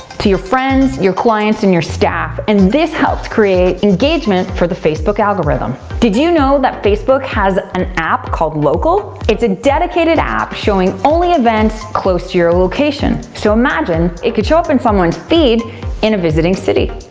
to your friends, your clients, and your staff. and this helps create engagement for the facebook algorithm. did you know that facebook has an app called local? it's a dedicated app showing only events close to your location. so imagine, it can show up in someone's feed in a visiting city.